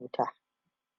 cuta